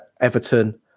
Everton